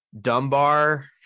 dunbar